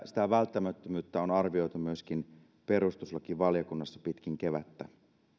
sitä välttämättömyyttä on arvioitu myöskin perustuslakivaliokunnassa pitkin kevättä